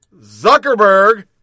Zuckerberg